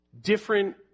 Different